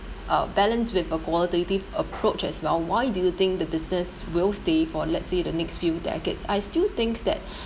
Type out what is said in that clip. uh balanced with a qualitative approach as well why do you think the business will stay for let's say the next few decades I still think that